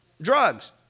Drugs